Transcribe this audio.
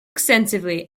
extensively